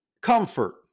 comfort